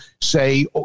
say